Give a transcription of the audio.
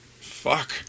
Fuck